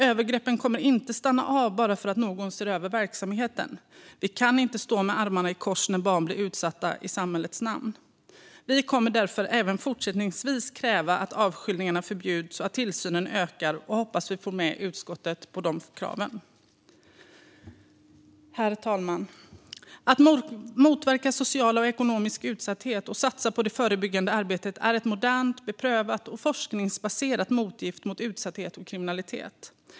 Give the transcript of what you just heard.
Övergreppen kommer inte att upphöra bara för att någon ser över verksamheten, och vi kan inte stå med armarna i kors när barn blir utsatta i samhällets namn. Vänsterpartiet kommer därför även fortsättningsvis att kräva att avskiljningarna förbjuds och att tillsynen ökar, och vi hoppas att vi får med utskottet på de kraven. Herr talman! Att motverka social och ekonomisk utsatthet och satsa på det förebyggande arbetet är ett modernt, beprövat och forskningsbaserat motgift mot utsatthet och kriminalitet.